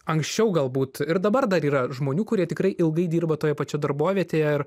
anksčiau galbūt ir dabar dar yra žmonių kurie tikrai ilgai dirba toje pačioje darbovietėje ir